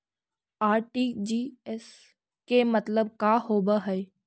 RTGS के मतलब का होव हई?